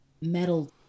metal